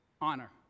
honor